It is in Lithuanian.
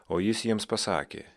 o jis jiems pasakė